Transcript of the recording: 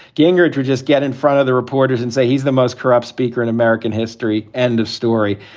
gingrich just get in front of the reporters and say he's the most corrupt speaker in american history. end of story.